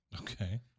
Okay